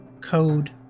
code